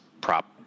prop